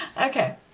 Okay